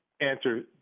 answer